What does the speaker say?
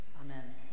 Amen